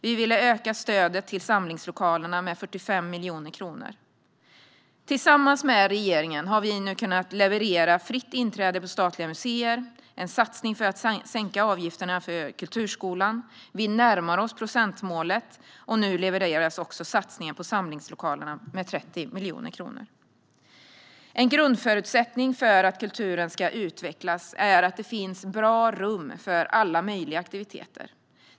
Vi ville öka stödet till samlingslokalerna med 45 miljoner kronor. Tillsammans med regeringen har vi kunnat leverera fritt inträde på statliga museer och en satsning för att sänka avgifterna för kulturskolan. Vi närmar oss procentmålet, och nu levereras också satsningen på samlingslokalerna med 30 miljoner kronor. En grundförutsättning för att kulturen ska utvecklas är att det finns bra rum för alla möjliga aktiviteter.